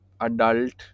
adult